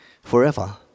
forever